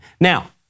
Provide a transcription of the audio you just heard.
Now